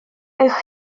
eich